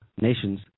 nations